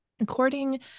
According